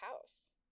house